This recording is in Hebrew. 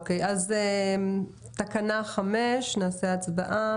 תקנה 5, נעשה הצבעה.